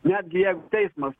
netgi jeigu teismas